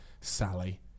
Sally